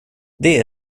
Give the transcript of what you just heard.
det